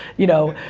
you know,